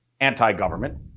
anti-government